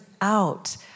out